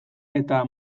eta